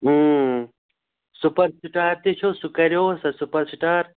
super star تہِ چھُ سُہ کَریوہس سوٗپر سِٹار